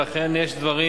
ואכן יש דברים